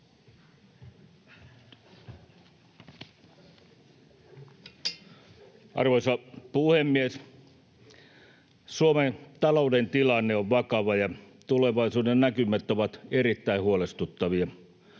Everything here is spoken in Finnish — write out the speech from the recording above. Arvoisa puhemies! Suomen talouden tilanne on vakava, ja tulevaisuuden näkymät ovat erittäin huolestuttavia.